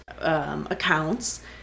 accounts